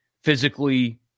physically